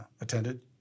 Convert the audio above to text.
attended